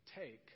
take